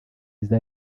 izo